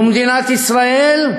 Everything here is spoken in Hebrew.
זו מדינת ישראל,